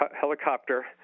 helicopter